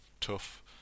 tough